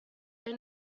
they